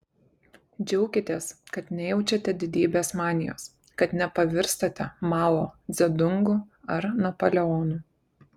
džiaukitės kad nejaučiate didybės manijos kad nepavirstate mao dzedungu ar napoleonu